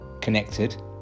connected